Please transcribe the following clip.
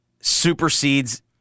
supersedes